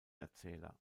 erzähler